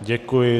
Děkuji.